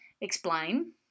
explain